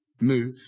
move